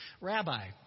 rabbi